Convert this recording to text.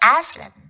Aslan